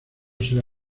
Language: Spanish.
será